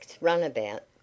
runabout